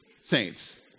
saints